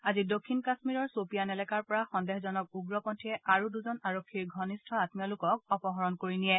আজি দক্ষিণ কাশ্মীৰৰ খপিয়ান এলেকাৰ পৰা সন্দেহজনক উগ্ৰপন্থীয়ে আৰু দুজন আৰক্ষীৰ ঘনিষ্ঠ আমীয় লোকক অপহৰণ কৰি নিয়ে